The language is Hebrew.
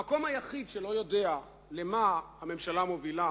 המקום היחיד שלא יודע למה הממשלה מובילה